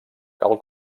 cal